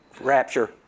rapture